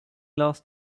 last